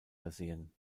versehen